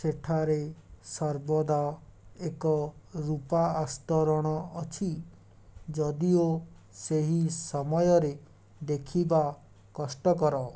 ସେଠାରେ ସର୍ବଦା ଏକ ରୂପା ଆସ୍ତରଣ ଅଛି ଯଦିଓ ସେହି ସମୟରେ ଦେଖିବା କଷ୍ଟକର